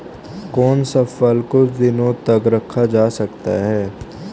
कौन सा फल कुछ दिनों तक रखा जा सकता है?